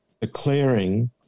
declaring